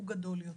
הוא גדול יותר.